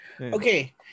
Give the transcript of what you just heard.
Okay